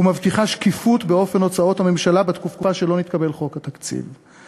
ומבטיחה שקיפות באופן הוצאות הממשלה בתקופה שלא נתקבל חוק התקציב.